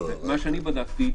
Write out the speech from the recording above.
ממה שאני בדקתי,